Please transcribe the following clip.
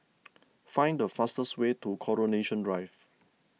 find the fastest way to Coronation Drive